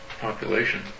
population